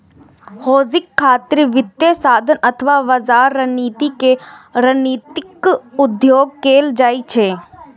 hedging खातिर वित्तीय साधन अथवा बाजार रणनीति के रणनीतिक उपयोग कैल जाइ छै